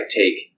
take